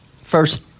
First